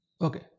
Okay